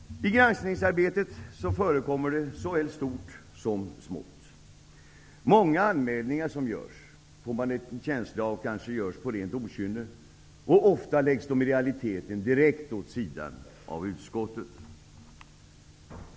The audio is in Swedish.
I granskningsarbetet förekommer det såväl stort som smått. Man får en känsla av att många anmälningar som görs kanske görs på rent okynne, och ofta läggs de i realiteten direkt åt sidan av utskottet.